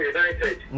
United